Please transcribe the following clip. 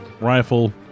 rifle